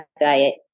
diet